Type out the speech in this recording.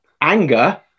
Anger